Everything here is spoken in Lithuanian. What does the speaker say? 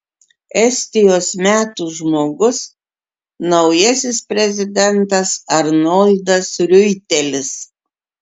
estijos metų žmogus naujasis prezidentas arnoldas riuitelis